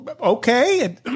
okay